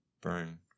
burn